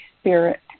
Spirit